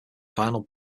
final